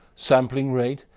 sampling rate,